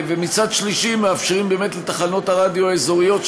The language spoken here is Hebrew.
מצד שלישי מאפשרים באמת לתחנות הרדיו האזוריות,